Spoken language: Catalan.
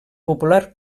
conte